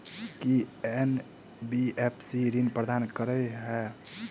की NBFC ऋण प्रदान करे है?